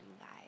guys